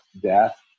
death